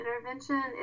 intervention